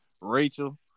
Rachel